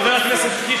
חבר הכנסת קיש,